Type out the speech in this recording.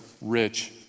rich